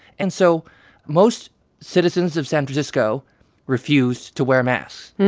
and so most citizens of san francisco refused to wear masks.